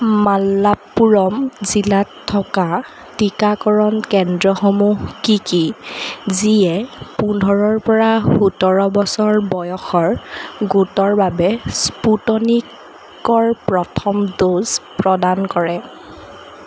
মাল্লাপ্পুৰম জিলাত থকা টিকাকৰণ কেন্দ্ৰসমূহ কি কি যিয়ে পোন্ধৰ পৰা সোতৰ বছৰ বয়সৰ গোটৰ বাবে স্পুটনিকৰ প্ৰথম ড'জ প্ৰদান কৰে